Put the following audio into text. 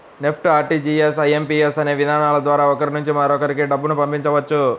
NEFT, RTGS, IMPS అనే విధానాల ద్వారా ఒకరి నుంచి మరొకరికి డబ్బును పంపవచ్చు